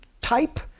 type